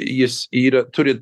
jis yra turi